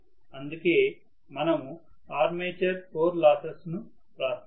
అందుకే మనము armature core losses ను వ్రాస్తాము